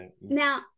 now